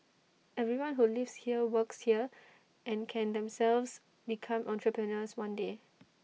everyone who lives here works here and can themselves become entrepreneurs one day